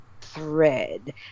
thread